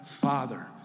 Father